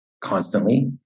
constantly